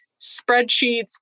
spreadsheets